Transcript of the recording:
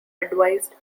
advised